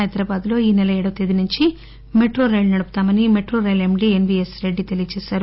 హైదరాబాదలో ఈ నెల ఏడవ తేదీ నుంచి మెట్రో రైళ్ళు నడుపుతామని మెట్రో రైలు ఎండీ ఎన్వీఎస్ రెడ్డి తెలిపారు